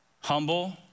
Humble